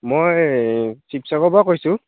মই শিৱসাগৰ পা কৈছোঁ